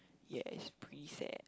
yea is pretty sad